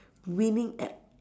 winning at